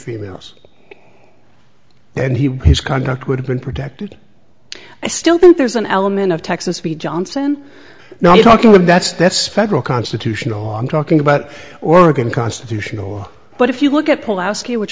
females and he his contract would have been protected i still think there's an element of texas b johnson now you're talking with that's that's federal constitutional on talking about oregon constitutional law but if you look at pull out which